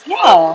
ya